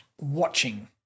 watching